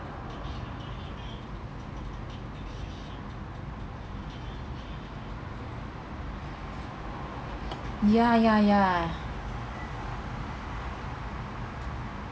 ya ya ya